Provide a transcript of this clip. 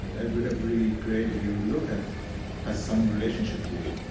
and every every grave you look at has some relationship to you.